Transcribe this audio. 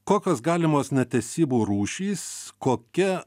kokios galimos netesybų rūšys kokia